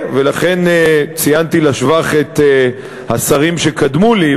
לכן ציינתי לשבח את השרים שקדמו לי,